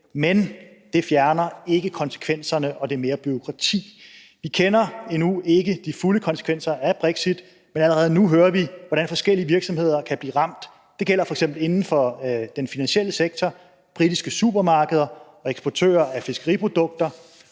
men den fjerner ikke konsekvenserne og det mere bureaukrati. Vi kender endnu ikke de fulde konsekvenser af brexit, men allerede nu hører vi, hvordan forskellige virksomheder kan blive ramt. Det gælder f.eks. inden for den finansielle sektor, britiske supermarkeder og eksportører af fiskeriprodukter,